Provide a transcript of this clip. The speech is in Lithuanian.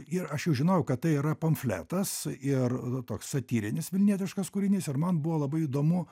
ir aš jau žinojau kad tai yra pamfletas ir toks satyrinis vilnietiškas kūrinys ir man buvo labai įdomu